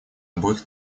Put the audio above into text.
обоих